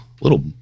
little